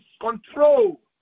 control